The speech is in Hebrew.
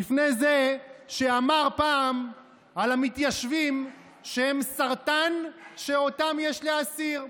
בפני זה שאמר פעם על המתיישבים שהם סרטן שיש להסיר.